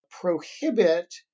prohibit